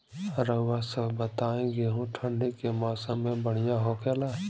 रउआ सभ बताई गेहूँ ठंडी के मौसम में बढ़ियां होखेला?